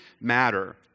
matter